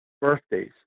Birthdays